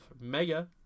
mega